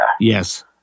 Yes